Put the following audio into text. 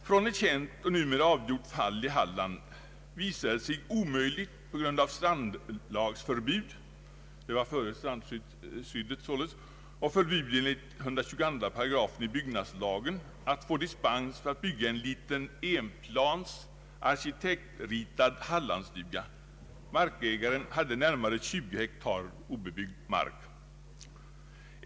Från ett känt och numera avgjort fall i Halland visade det sig omöjligt, på grund av strandlagsförbud — det var således före strandskyddslagen — och förbud enligt 122 § i byggnadslagen, att få dispens för att bygga en liten, enplans, arkitektritad Hallandsstuga. Markägaren hade närmare 20 hektar obebyggd mark.